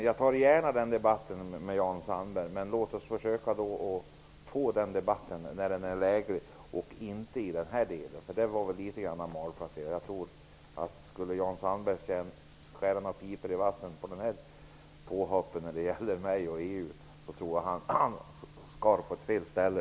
Jag tar gärna den debatten med Jan Sandberg, men låt oss försöka få den debatten när det är läge för det, inte nu. Om Jan Sandberg ville skära pipor i vassen när det gäller mig och EU skar han på fel ställe.